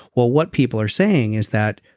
well what people are saying is that,